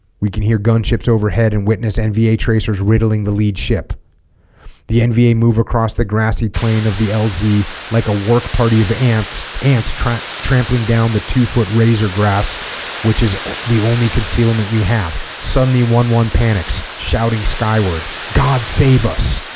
we can hear gunships overhead and witness nva tracers riddling the lead ship the nva move across the grassy plain of the lz like a work party of ants ants trap tramping down the two-foot razor grass which is the only concealment we have suddenly one one panics shouting skyward god save us